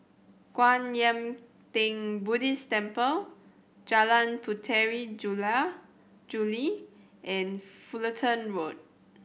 Kwan Yam Theng Buddhist Temple Jalan Puteri Jula Juli and Fullerton Road